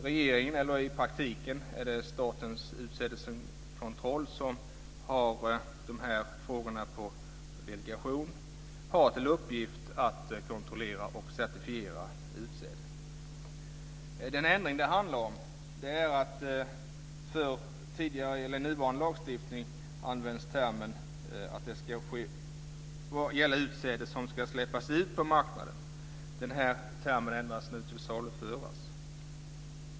Regeringen, eller i praktiken Statens utsädeskontroll, som har dessa frågor på delegation, har till uppgift att kontrollera och certifiera utsäde. Den ändring det handlar om är att det i nuvarande lagstiftning står om utsäde som ska släppas ut på marknaden. Den termen ändras nu till saluföras.